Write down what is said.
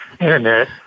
internet